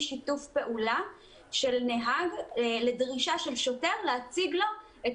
שיתוף פעולה של נהג לדרישה של שוטר להציג לו את